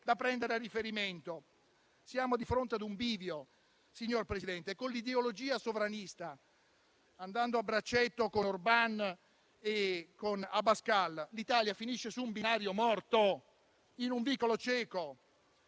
da prendere a riferimento. Siamo di fronte a un bivio, signor Presidente, e con l'ideologia sovranista, andando a braccetto con Orban e con Abascal, l'Italia finisce su un binario morto, in un vicolo cieco.